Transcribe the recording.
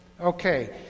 Okay